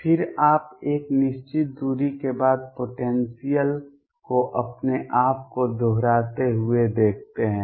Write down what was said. फिर आप एक निश्चित दूरी के बाद पोटेंसियल को अपने आप को दोहराते हुए देखते हैं